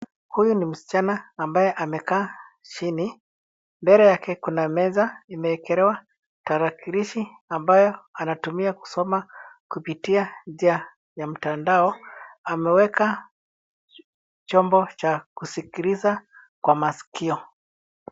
Huyu ni msichana ambaye amekaa chini. Mbele yake kuna meza imeekelewa tarakilishi ambayo anatumia kusoma kupitia njia ya mtandao. Ameweka chombo cha kusikiliza kwa masikio.